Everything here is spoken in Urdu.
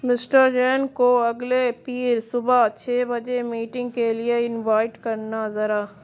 مسٹر جین کو اگلے پیر صبح چھ بجے میٹنگ کے لیے انوائٹ کرنا ذرا